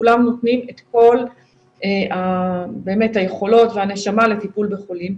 כולם באמת נותנים את כל היכולות והנשמה לטיפול בחולים,